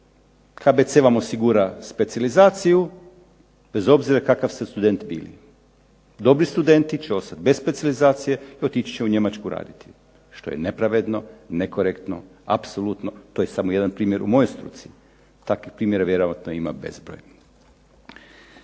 KAC vam osigura specijalizaciju bez obzira kakav ste student bili. Dobri studenti će ostati bez specijalizacije i otići će u Njemačku raditi. Što je nepravedno, nekorektno, apsolutno. To je samo jedan primjer u mojoj struci. Takvih primjera ima vjerojatno bezbroj.